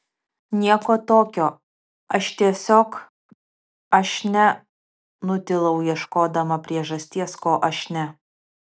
nieko tokio aš tiesiog aš ne nutilau ieškodama priežasties ko aš ne